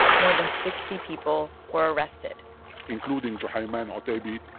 more than sixty people were arrested including juhayman al-otaiba.